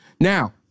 Now